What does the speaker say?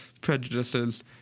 prejudices